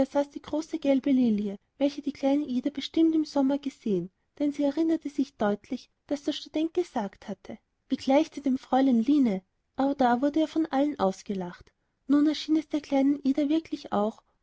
eine große gelbe lilie welche die kleine ida bestimmt im sommer gesehen denn sie erinnerte sich deutlich daß der student gesagt hatte wie gleicht sie dem fräulein line aber da wurde er von allen ausgelacht nun erschien es der kleinen ida wirklich auch